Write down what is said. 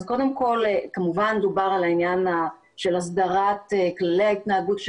אז קודם כל כמובן דובר על העניין של הסדרת כללי ההתנהגות של